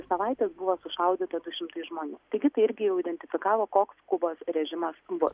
savaites buvo sušaudyta du šimtai žmonių taigi tai irgi jau identifikavo koks kubos režimas bus